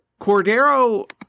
Cordero